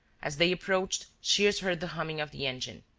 as they approached, shears heard the humming of the engine.